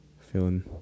feeling